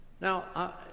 Now